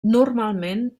normalment